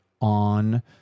on